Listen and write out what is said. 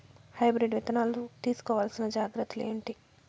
Hybrid విత్తనాలు తీసుకోవాల్సిన జాగ్రత్తలు ఏంటి?